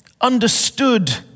understood